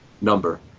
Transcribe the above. number